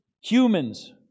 humans